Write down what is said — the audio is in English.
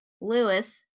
Lewis